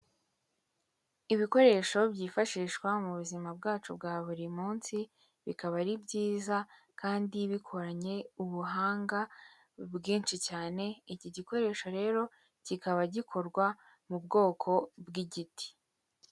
Ibikoresho byifashishwa mu buzima bwacu bwa buri munsi bikaba ari byiza kandi bikoranye ubuhanga bwinshi cyane, iki gikoresho rero kikaba gikorwa mu bwoko bw'igiti.